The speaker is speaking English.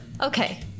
Okay